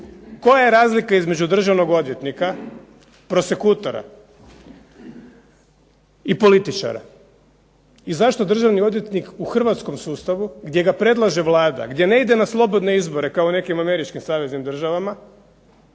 Koja je razlika između državnog odvjetnika prosekutora i političara. I zašto državni odvjetnik u Hrvatskom sustavu gdje ga predlaže Vlada, i gdje ne ide na slobodne izbore kao u nekim Američkim Saveznim državama